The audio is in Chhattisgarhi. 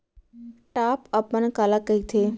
टॉप अपन काला कहिथे?